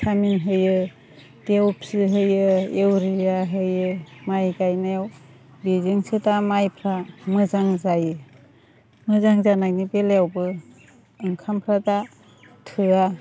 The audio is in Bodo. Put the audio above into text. भिटामिन होयो देवफि होयो एउरिया होयो माइ गायनायाव बेजोंसो दा माइफ्रा मोजां जायो मोजां जानायनि बेलायावबो ओंखामफ्रा दा थोआ